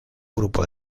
grupo